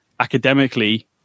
academically